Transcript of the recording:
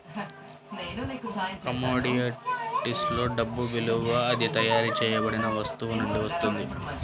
కమోడిటీస్లో డబ్బు విలువ అది తయారు చేయబడిన వస్తువు నుండి వస్తుంది